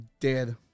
dead